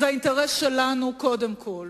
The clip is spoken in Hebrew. זה קודם כול